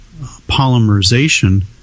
polymerization